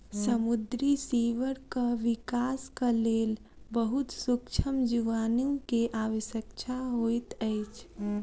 समुद्री सीवरक विकासक लेल बहुत सुक्ष्म जीवाणु के आवश्यकता होइत अछि